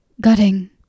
Gutting